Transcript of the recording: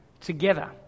together